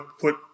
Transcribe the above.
put